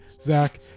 zach